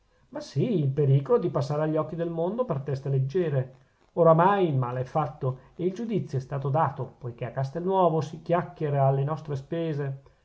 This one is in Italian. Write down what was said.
ma sì il pericolo di passare agli occhi del mondo per teste leggiere oramai il male è fatto e il giudizio è stato dato poichè a castelnuovo si chiacchiera alle nostre spese